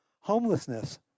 Homelessness